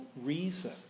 reason